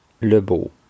Lebeau